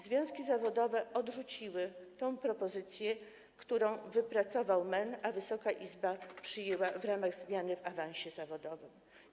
Związki zawodowe odrzuciły propozycję, którą wypracował MEN, a Wysoka Izba przyjęła w ramach zmian w awansie zawodowym.